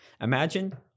Imagine